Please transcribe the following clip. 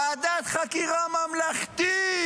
ועדת חקירה ממלכתית,